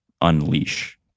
unleash